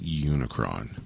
Unicron